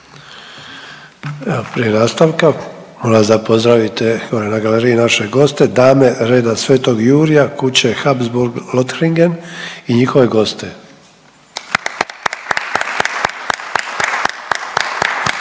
prije nastavka, molim vas da pozdravite gore na galeriji naše goste, Dame Reda Svetog Jurja kuće Habsburg-Lothringen i njihove goste.